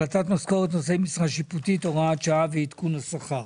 ובהחלטת משכורת נושאי משרה שיפוטית (הוראת שעה ועדכון השכר).